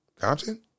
Compton